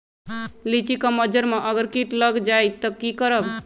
लिचि क मजर म अगर किट लग जाई त की करब?